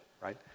right